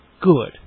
good